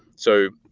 so,